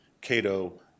Cato